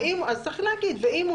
אה, ואם הוא